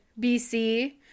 bc